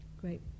great